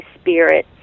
spirit